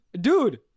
Dude